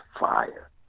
fire